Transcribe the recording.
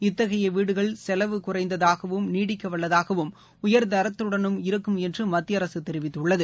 இத்தகைய வீடுகள் செலவு குறைந்ததாகவும் நீடிக்க வல்லதாகவும் உயாதரத்துடனும் இருக்கும் என்று மத்திய அரசு தெரிவித்துள்ளது